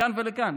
לכאן ולכאן,